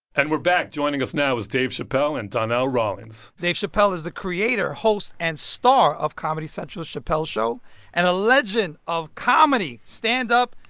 and we're back. joining us now is dave chappelle and donnell rawlings dave chappelle is the creator, host and star of comedy central's chappelle's show and a legend of comedy, stand-up,